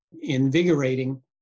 invigorating